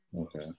Okay